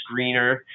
screener